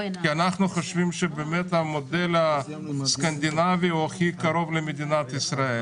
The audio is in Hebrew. כי אנחנו חושבים שהמודל הסקנדינבי הוא הכי קרוב למדינת ישראל,